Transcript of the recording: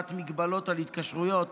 קובעת מגבלות על התקשרויות